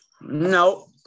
No